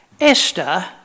Esther